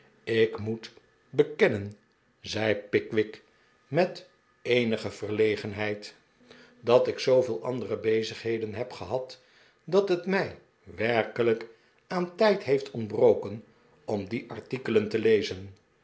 ik moet bekennen zei pickwick met eenige verlegenheid dat ik zooveel andere bezigheden heb gehad dat het mij werkelijk aan tijd heeft ontbroken om die artikelen te lezen